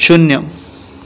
शुन्य